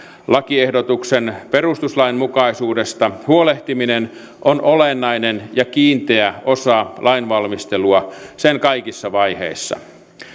lakiehdotuksen perustuslainmukaisuudesta huolehtiminen on olennainen ja kiinteä osa lainvalmistelua sen kaikissa vaiheissa